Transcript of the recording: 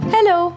Hello